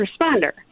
responder